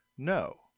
No